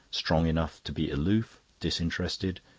strong enough to be aloof, disinterested,